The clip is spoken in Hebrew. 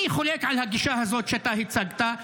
אני חולק על הגישה הזאת שאתה הצגת,